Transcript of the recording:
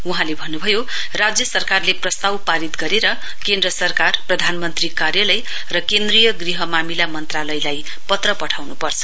वहाँले भन्नुभयो राज्य सरकारले प्रस्ताव पारित गरेर केन्द्र सरकार प्रधानमन्त्री कार्यालय र केन्द्रीय गृह मामिला मन्त्रालयलाई पत्र पठाउनुपर्छ